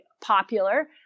popular